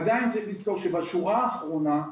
עדיין צריך לזכור שבשורה האחרונה,